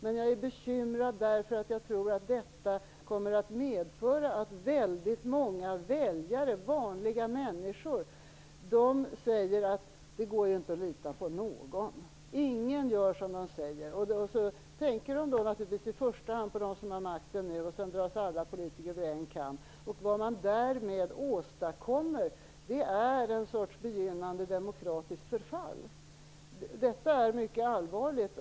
Men jag är bekymrad därför att jag tror att detta kommer att medföra att väldigt många väljare, vanliga människor, kommer att säga att det inte går att lita på någon. De kommer att anse att ingen gör som de säger. De tänker då naturligtvis i första hand på dem som för närvarande har makten, men sedan drar de alla politiker över en kam. Vad man därmed åstadkommer är en sorts begynnande demokratiskt förfall. Detta är mycket allvarligt.